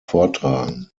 vortragen